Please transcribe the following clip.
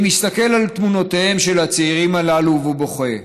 אני מסתכל על תמונותיהם של הצעירים הללו ובוכה,